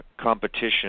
competition